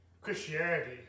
Christianity